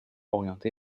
orienté